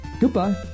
Goodbye